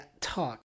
talk